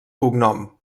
cognom